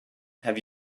have